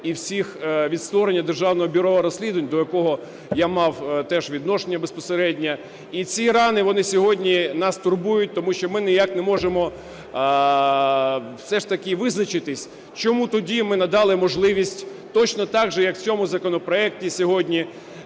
рани від створення Державного бюро розслідувань, до якого я мав теж відношення безпосереднє. І ці рани вони сьогодні нас турбують, тому що ми ніяк не можемо все ж визначитись, чому ми тоді надали можливість, точно так же, як в цьому законопроекті сьогодні,